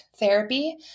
therapy